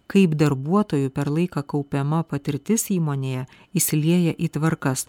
kaip darbuotojui per laiką kaupiama patirtis įmonėje įsilieja į tvarkas